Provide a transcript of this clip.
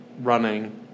running